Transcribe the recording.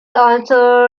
also